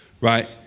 Right